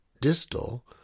distal